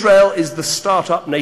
יש דברים שלא עושים,